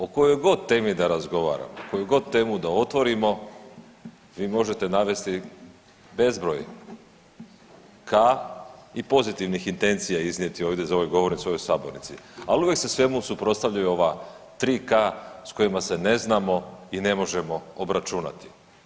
O kojoj god temi da razgovaramo, koju god temu da otvorimo vi možete navesti bezbroj K-a i pozitivnih intencija iznijeti ovdje za ovom govornicom u ovoj sabornici, ali uvijek se svemu suprotstavljaju ova 3K-a s kojima se ne znamo i ne možemo obračunati.